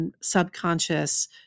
subconscious